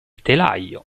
telaio